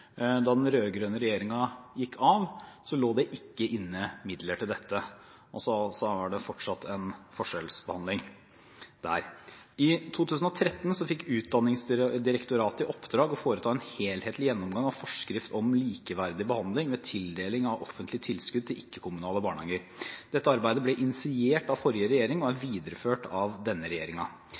Da den rød-grønne regjeringen gikk av, lå det ikke inne midler til dette. Altså er det fortsatt en forskjellsbehandling. I 2013 fikk Utdanningsdirektoratet i oppdrag å foreta en helhetlig gjennomgang av forskrift om likeverdig behandling ved tildeling av offentlige tilskudd til ikke-kommunale barnehager. Dette arbeidet ble initiert av den forrige regjeringen og er videreført av denne